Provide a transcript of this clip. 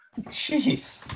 Jeez